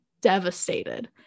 devastated